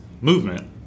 movement